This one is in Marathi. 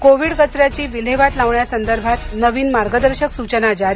कोविड कचऱ्याची विल्हेवाट लावण्यासंदर्भात नवीन मार्गदर्शक सूचना जारी